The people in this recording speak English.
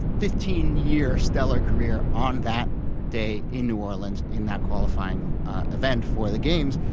fifteen year stellar career on that day in new orleans in that qualifying ah event for the games.